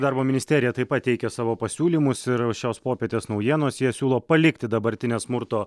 darbo ministerija pateikė savo pasiūlymus ir šios popietės naujienos jie siūlo palikti dabartinę smurto